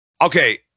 Okay